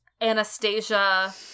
anastasia